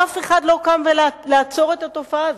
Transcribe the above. ואף אחד לא קם לעצור את התופעה הזאת,